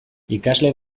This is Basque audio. ikasle